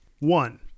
one